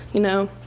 you know,